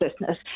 business